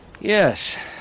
Yes